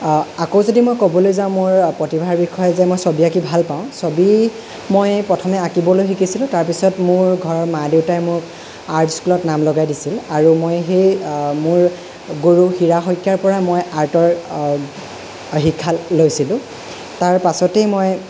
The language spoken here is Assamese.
আকৌ যদি মই ক'বলৈ যাওঁ মোৰ প্ৰতিভাৰ বিষয়ে যে মই ছবি আঁকি ভাল পাওঁ ছবি মই প্ৰথমে আঁকিবলৈ শিকিছিলোঁ তাৰপিছত মোৰ ঘৰৰ মা দেউতায়ে মোক আৰ্ট স্কুলত নাম লগাই দিছিল আৰু মই সেই মোৰ গুৰু হীৰা শইকীয়াৰ পৰা মই আৰ্টৰ শিক্ষা লৈছিলোঁ তাৰ পাছতেই মই